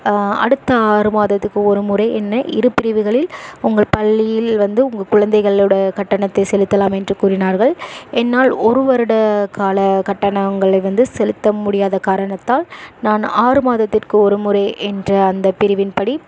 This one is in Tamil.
அடுத்த ஆறு மாதத்துக்கு ஒரு முறை என்ன இரு பிரிவுகளில் உங்கள் பள்ளியில் வந்து உங்க குழந்தைகளோட கட்டணத்தை செலுத்தலாம் என்று கூறினார்கள் என்னால் ஒரு வருட கால கட்டணங்களை வந்து செலுத்த முடியாத காரணத்தால் நான் ஆறு மாதத்திற்கு ஒரு முறை என்ற அந்த பிரிவின் படி